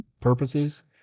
purposes